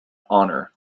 honour